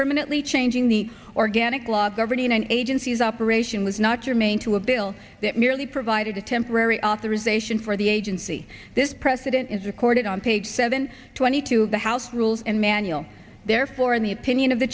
permanently changing the organic law governing agencies operation was not germane to a bill that merely provided a temporary authorization for the agency this precedent is recorded on page seven twenty two of the house rules and manual therefore in the opinion of